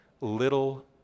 little